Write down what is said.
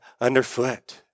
underfoot